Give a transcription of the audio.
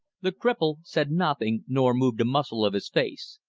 the cripple said nothing, nor moved a muscle of his face,